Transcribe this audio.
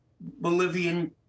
Bolivian